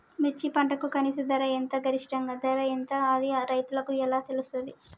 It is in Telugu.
మిర్చి పంటకు కనీస ధర ఎంత గరిష్టంగా ధర ఎంత అది రైతులకు ఎలా తెలుస్తది?